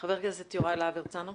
חבר הכנסת יוראי להב הרצנו,